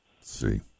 see